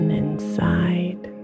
inside